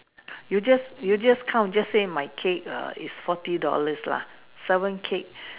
you just you just count just say my cake is forty dollars lah seven cake